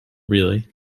really